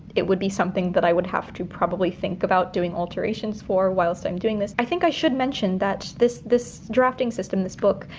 it would be something that i would have to probably think about doing alterations for whilst i'm doing this. i think i should mention that this this drafting system in this book,